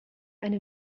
eine